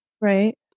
Right